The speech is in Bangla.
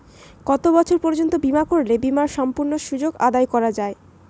কত বছর পর্যন্ত বিমা করলে বিমার সম্পূর্ণ সুযোগ আদায় করা য়ায়?